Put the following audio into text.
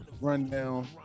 rundown